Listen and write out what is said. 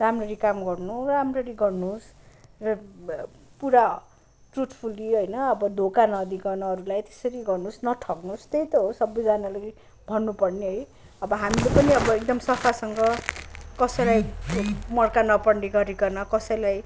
राम्ररी काम गर्नुहोस् राम्ररी गर्नुहोस् र पुरा त्रुथफुल्ली होइन अब धोका नदिइकन अरूलाई त्यसरी गर्नुहोस् न ठग्नुहोस् त्यही त हो सबैजनाले भन्नुपर्ने है अब हामीले पनि अब एकदम सफासँग कसैलाई मर्का नपर्ने गरिकन कसैलाई